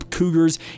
Cougars